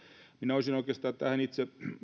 olisin oikeastaan tähän itse